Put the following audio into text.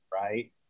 right